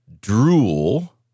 drool